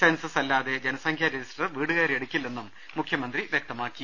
census അല്ലാതെ ജനസംഖ്യാ register വീടുകയറി എടുക്കില്ലെന്നും മുഖ്യമന്ത്രി വൃക്തമാക്കി